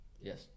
yes